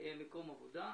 מקום עבודה.